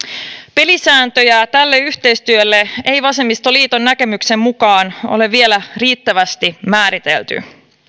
pelisääntöjä tälle yhteistyölle ei vasemmistoliiton näkemyksen mukaan ole vielä riittävästi määritelty